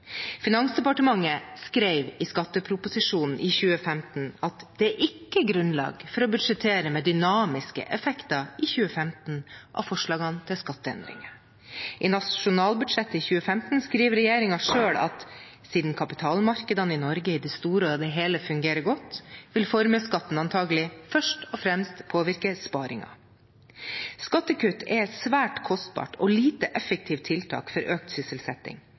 Finansdepartementet skrev i skatteproposisjonen i 2015: «Det er ikke grunnlag for å budsjettere med dynamiske effekter i 2015 av forslagene til skatteendringer.» I nasjonalbudsjettet 2015 skriver regjeringen selv: «Siden kapitalmarkedene i Norge i det store og hele fungerer godt, vil formuesskatten antagelig først og fremst påvirke sparingen.» Skattekutt er et svært kostbart og lite effektivt tiltak for økt sysselsetting,